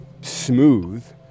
smooth